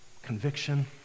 Conviction